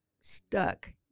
stuck